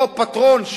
אותו פטרון,